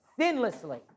sinlessly